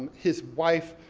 his wife,